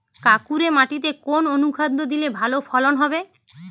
কাঁকুরে মাটিতে কোন অনুখাদ্য দিলে ভালো ফলন হবে?